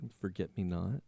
forget-me-not